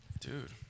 Dude